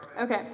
Okay